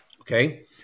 Okay